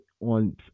on